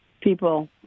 people